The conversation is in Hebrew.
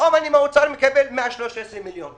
פתאום אני מקבל מהאוצר 113 מיליון.